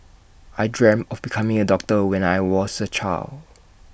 I dreamt of becoming A doctor when I was A child